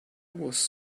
was